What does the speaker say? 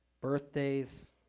birthdays